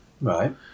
right